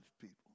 people